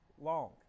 long